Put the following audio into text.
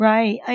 Right